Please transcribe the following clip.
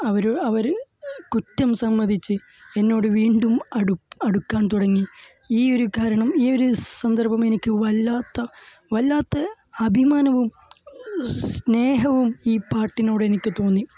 അവർ അവർ കുറ്റം സമ്മതിച്ച് എന്നോട് വീണ്ടും അടുപ് അടുക്കാന് തുടങ്ങി ഈയൊരു കാരണം ഈയൊരു സന്ദര്ഭം എനിക്ക് വല്ലാത്ത വല്ലാത്ത അഭിമാനവും സ്നേഹവും ഈ പാട്ടിനോടെനിക്ക് തോന്നി